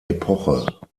epoche